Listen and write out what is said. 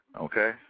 Okay